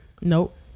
Nope